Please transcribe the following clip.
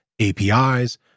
APIs